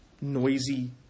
noisy